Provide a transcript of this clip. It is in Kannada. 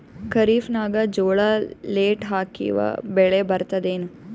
ಖರೀಫ್ ನಾಗ ಜೋಳ ಲೇಟ್ ಹಾಕಿವ ಬೆಳೆ ಬರತದ ಏನು?